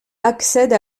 accède